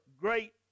great